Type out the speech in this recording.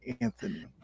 Anthony